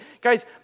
Guys